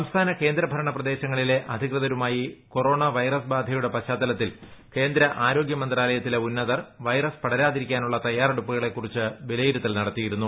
സംസ്ഥാന ക്ക്യൂന്ദ ഭരണ പ്രദേശങ്ങളിലെ അധികൃ തരുമായി കൊറോണ വൈറസ്ബാ്ധയുടെ പശ്ചാത്തലത്തിൽ കേന്ദ്ര ആരോഗ്യ മന്ത്രാലയത്തിലെ ഉണ്നതർ വൈറസ് പടരാതിരിക്കാനുള്ള തയ്യാറെടുപ്പുകളെ കുറിച്ച് വ്യിലയിരുത്തൽ നടത്തിയിരുന്നു